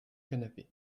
canapé